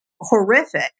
horrific